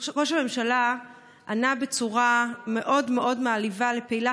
ראש הממשלה ענה בצורה מאוד מאוד מעליבה לפעילה